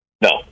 no